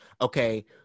okay